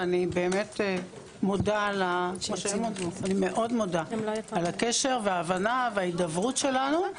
ואני מודה מאוד על הקשר וההבנה וההידברות שלנו.